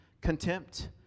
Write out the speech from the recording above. contempt